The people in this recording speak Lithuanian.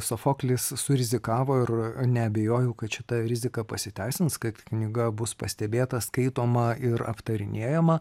sofoklis surizikavo ir neabejoju kad šita rizika pasiteisins kad knyga bus pastebėta skaitoma ir aptarinėjama